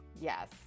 Yes